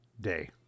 day